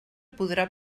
podrà